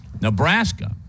Nebraska